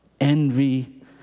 envy